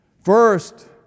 First